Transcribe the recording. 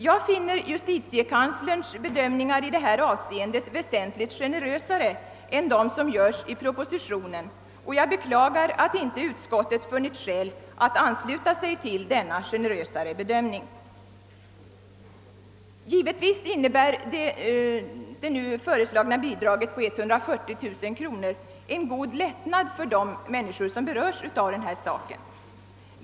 Jag finner justitiekanslerns bedömningar i detta avseende väsentligt generösare än de som görs i propositionen. Jag beklagar att inte utskottet funnit skäl att ansluta sig till den generösare bedömningen. Givetvis innebär det nu föreslagna bidraget på 140 000 kronor en god lättnad för de människor som berörs.